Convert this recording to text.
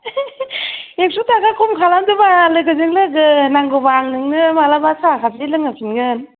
एकस' थाखा खम खालामदोबाल लोगोजों लोगो नांगौबा आं नोंनो मालाबा साहा खाफसे लोंहो फिनगोन